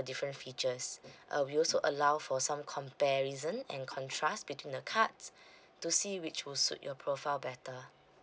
different features uh we will also allow for some comparison and contrast between the cards to see which will suit your profile better